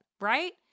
right